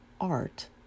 art